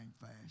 fast